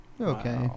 Okay